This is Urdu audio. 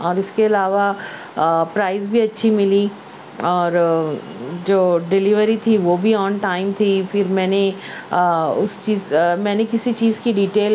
اور اس کے علاوہ پرائز بھی اچھی ملی اور جو ڈلیوری تھی وہ بھی آن ٹائم تھی پھر میں نے اس چیز میں نے کسی چیز کی ڈیٹیل